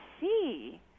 see